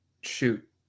shoot